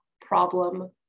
problem